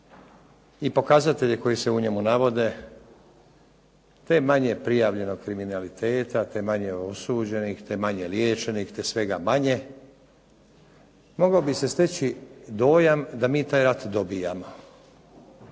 i pokazatelje koji se u njemu navode, te manje prijavljenog kriminaliteta, te manje osuđenih, te manje liječenih, te svega manje, mogao bi se steći dojam da mi taj rat dobivamo.